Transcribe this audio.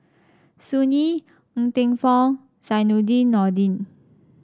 Sun Yee Ng Teng Fong Zainudin Nordin